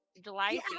July